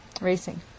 racing